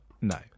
no